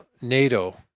NATO